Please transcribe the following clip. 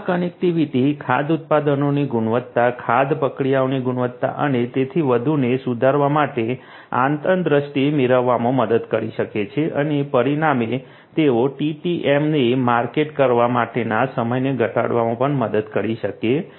આ કનેક્ટિવિટી ખાદ્ય ઉત્પાદનોની ગુણવત્તા ખાદ્ય પ્રક્રિયાઓની ગુણવત્તા અને તેથી વધુને સુધારવા માટે આંતરદૃષ્ટિ મેળવવામાં મદદ કરી શકે છે અને પરિણામે તેઓ ટીટીએમને માર્કેટ કરવા માટેના સમયને ઘટાડવામાં પણ મદદ કરી શકે છે